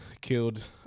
killed